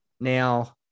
Now